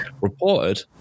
reported